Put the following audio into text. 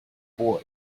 boy